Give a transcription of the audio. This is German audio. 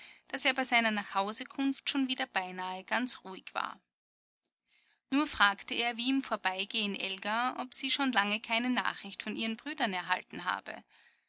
daß er bei seiner nachhausekunft schon wieder beinahe ganz ruhig war nur fragte er wie im vorbeigehen elgan ob sie schon lange keine nachricht von ihren brüdern erhalten habe